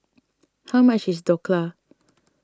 how much is Dhokla